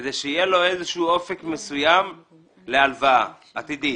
כדי שיהיה לו איזשהו אופק מסוים להלוואה עתידית.